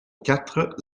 quatre